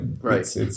Right